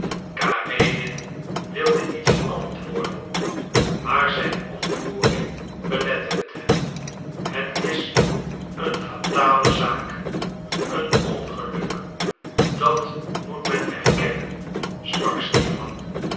karenin wilde iets antwoorden maar zijn ontroering belette het hem het is een fatale zaak een ongeluk dat moet men erkennen sprak stipan